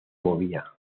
movía